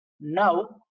now